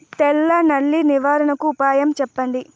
తెల్ల నల్లి నివారణకు ఉపాయం చెప్పండి?